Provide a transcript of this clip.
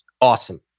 awesome